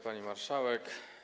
Pani Marszałek!